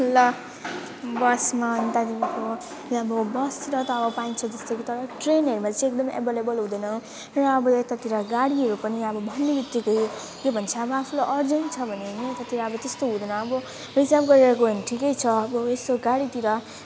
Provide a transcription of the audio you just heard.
ल बसमा अनि त्यहाँदेखिको त्यहाँ अब बस र त पाइन्छ जस्तो कि तपाईँको ट्रेनहरूमा चाहिँ एकदम एभाइलेभल हुँदैन र अब यतातिर गाडीहरू पनि अब भन्ने बित्तिकै के भन्छ अब आफूलाई अर्जेन्ट छ भने पनि यतातिर अब त्यस्तो हुँदैन अब रिजर्भ गरेर गयो भने ठिकै छ अब यस्तो गाडीतिर